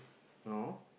no